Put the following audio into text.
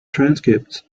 transcripts